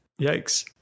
Yikes